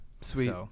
Sweet